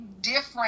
different